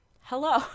hello